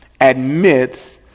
admits